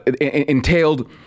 entailed